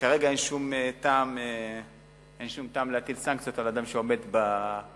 כרגע אין שום טעם להטיל סנקציות על אדם שעומד בחוק.